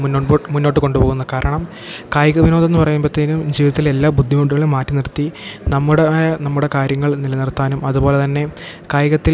മുൻപോ മുന്നോട്ട് കൊണ്ടു പോകുന്നതു കാരണം കായിക വിനോദമെന്നു പറയുമ്പോഴത്തേനും ജീവിതത്തിലെല്ലാ ബുദ്ധിമുട്ടുകളും മാറ്റി നിർത്തി നമ്മുടേതായ നമ്മുടെ കാര്യങ്ങൾ നിലനിർത്താനും അതുപോലെ തന്നെ കായികത്തിൽ